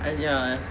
I ya I